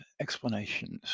explanations